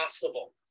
possible